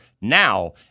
now